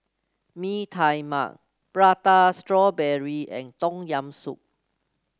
Mee Tai Mak Prata Strawberry and Tom Yam Soup